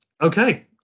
okay